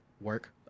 work